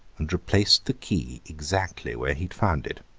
and replaced the key exactly where he had found it.